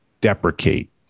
deprecate